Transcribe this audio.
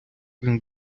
він